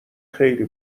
خیلی